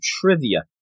trivia